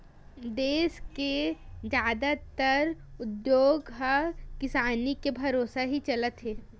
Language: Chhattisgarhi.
देस के जादातर उद्योग ह किसानी के भरोसा ही चलत हे